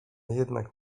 jednak